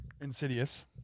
Insidious